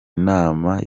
nama